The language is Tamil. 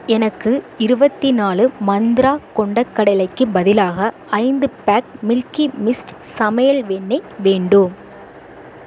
எனக்கு இருபத்தி நாலு மந்த்ரா கொண்டைக் கடலைக்கு பதிலாக ஐந்து பேக் மில்கி மிஸ்ட் சமையல் வெண்ணெய் வேண்டும்